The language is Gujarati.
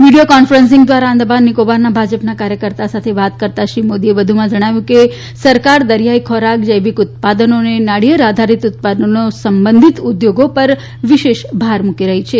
વીડીયો કોન્ફરન્સીંગ ધ્વારા આંદમાન નિકોબારના ભાજપના કાર્યકર્તા સાથે વાત કરતા શ્રી મોદીએ વધુમાં જણાવ્યું કે સરકાર દરીયાઇ ખોરાક જૈવિક ઉત્પાદનો અને નાળીયેર આધારીત ઉત્પાદનો સંબંધિત ઉદ્યોગો પર વિશેષ ભાર મુકી રહી છે